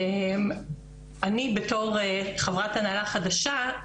אני בתור חברת הנהלה חדשה,